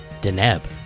Deneb